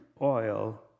oil